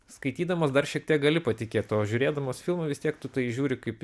skaitydamas dar šiek tiek gali patikėt o žiūrėdamas filmą vis tiek tu tai žiūri kaip į